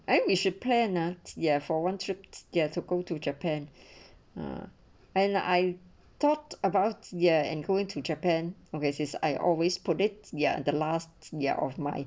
eh we should plan ah ya for one trip there to go to japan ah and I thought about ya and going to japan okay is I always put it ya the last ya of my